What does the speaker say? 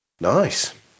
Nice